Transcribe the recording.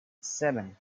seven